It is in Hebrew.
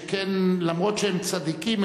שכן למרות שהם צדיקים,